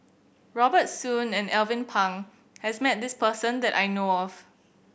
Robert Soon and Alvin Pang has met this person that I know of